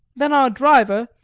then our driver,